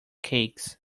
cakes